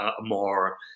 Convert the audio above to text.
more